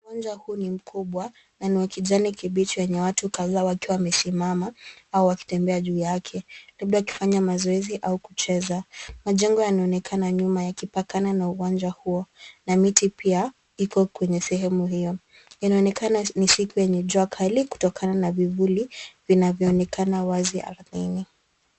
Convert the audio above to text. Uwanja huu ni mkubwa na ni wa kijani kibichi yenye watu kadhaa wakiwa wamesimama au wakitembea juu yake, labda wakifanya mazoezi au kucheza. Majengo yanaonekana nyuma yakipakana na uwanja huo, na miti pia iko kwenye sehemu hiyo. Inaonekana siku yenye jua kali kutokana na vivuli vinavyoonekana wazi ardhini.